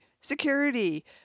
security